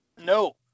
No